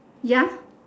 ya